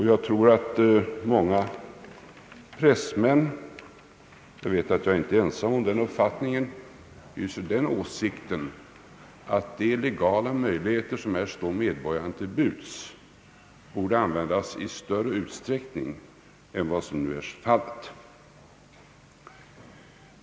Jag vet att jag inte är ensam bland pressmän om uppfattningen, att de legala möjligheter, som här står medborgarna till buds, borde användas i större utsträckning än vad som är fallet.